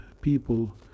people